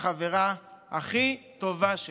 החברה הכי טובה שלי.